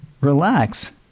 relax